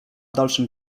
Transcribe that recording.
dalszym